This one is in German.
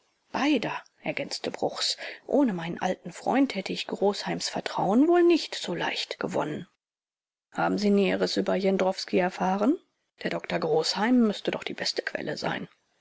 beider ergänzte bruchs ohne meinen alten freund hätte ich großheims vertrauen wohl nicht so leicht gewonnen haben sie näheres über jendrowski erfahren der doktor großheim müßte doch die beste quelle sein